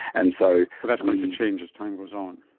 and so that's going to change as time goes on.